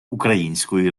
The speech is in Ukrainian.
української